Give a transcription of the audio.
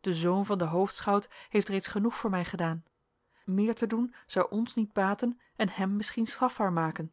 de zoon van den hoofdschout heeft reeds genoeg voor mij gedaan meer te doen zou ons niet baten en hem misschien strafbaar maken